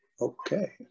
Okay